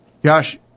Josh